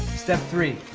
step three